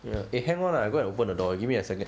eh hang on ah I go and open the door you give me a second